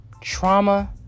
Trauma